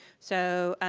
so,